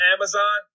Amazon